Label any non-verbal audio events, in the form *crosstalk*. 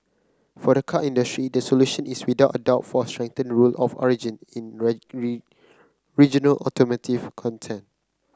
for the car industry the solution is without a doubt for a strengthened rule of origin in *unintelligible* regional automotive content